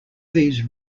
these